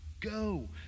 Go